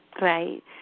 Right